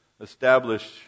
establish